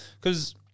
because-